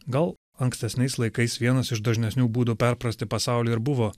gal ankstesniais laikais vienas iš dažnesnių būdų perprasti pasaulį ir buvo